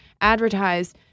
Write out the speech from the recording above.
advertise